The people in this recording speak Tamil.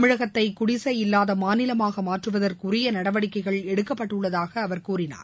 தமிழகத்தை குடிசை இல்லாத மாநிலமாக மாற்றுவதற்கு உரிய நடவடிக்கைகள் எடுக்கப்பட்டுள்ளதாக அவர் கூறினார்